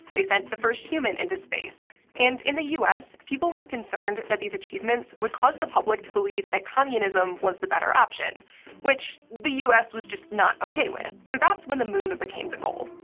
they sent the first human into space. and in the us, people were concerned that these achievements would cause the public to believe that communism was the better option which the us was just not okay with. so that's when the moon became the goal.